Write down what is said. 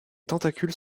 tentacules